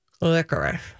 Licorice